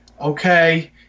okay